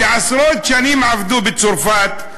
שעשרות שנים עבדו בצרפת,